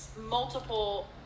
multiple